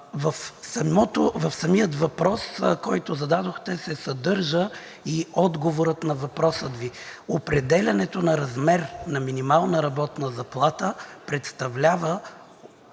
В самия въпрос, който зададохте, се съдържа и отговорът на въпроса Ви: определянето на размер на минимална работна заплата представлява